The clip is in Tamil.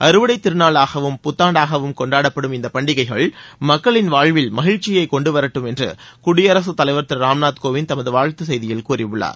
அறுவடை திருநாளாகவும் புத்தாண்டாகவும் கொண்டாடப்படும் இந்த பண்டிகைகள் மக்களின் வாழ்வில் மகிழ்ச்சியை கொண்டுவரட்டும் என்று குடியரசுத் தலைவர் திரு ராம்நாத் கோவிந்த் தமது வாழ்த்துச் செய்தியில் கூறியுள்ளார்